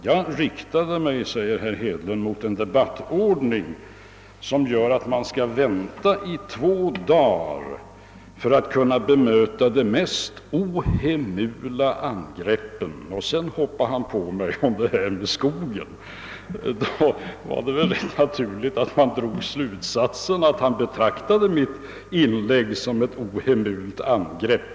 Jag riktade mig, sade han, mot en debattordning som innebär att man får vänta två dagar för att få bemöta de mest ohemula angrepp — och sedan hoppade han på mig med detta om skogen! Då var det väl helt naturligt att jag drog den slutsatsen att herr Hedlund betraktade mitt inlägg som ett ohemult angrepp.